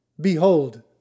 Behold